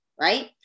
right